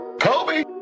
Kobe